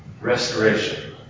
Restoration